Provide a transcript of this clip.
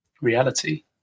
reality